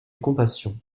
compassion